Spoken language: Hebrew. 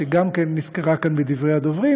שגם נסקרה כאן בדברי הדוברים,